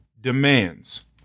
demands